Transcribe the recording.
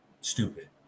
stupid